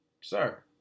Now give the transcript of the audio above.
sir